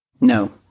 No